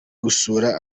gusura